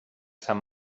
sant